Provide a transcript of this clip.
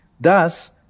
Thus